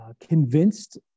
convinced